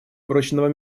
прочного